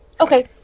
Okay